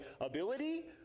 ability